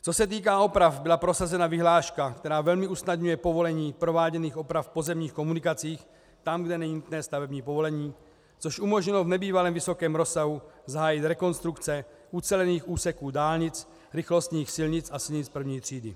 Co se týká oprav, byla prosazena vyhláška, která velmi usnadňuje povolení k provádění oprav pozemních komunikací tam, kde je nutné stavební povolení, což umožnilo v nebývale vysokém rozsahu zahájit rekonstrukce ucelených úseků dálnic, rychlostních silnic a silnic první třídy.